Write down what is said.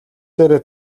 дээрээ